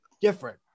different